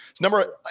Number